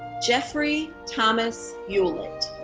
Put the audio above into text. jeffrey thomas hewlett.